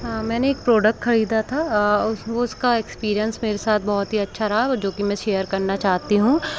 हाँ मैंने एक प्रोडक्ट खरीदा था वो उसका एक्सपीरियंस मेरे साथ बहुत ही अच्छा रहा जो कि मैं शेयर करना चाहती हूँ